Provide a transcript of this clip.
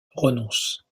renonce